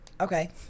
okay